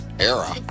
era